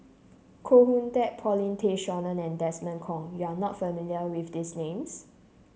Koh Hoon Teck Paulin Tay Straughan and Desmond Kon you are not familiar with these names